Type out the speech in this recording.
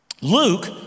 Luke